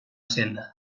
senda